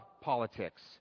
politics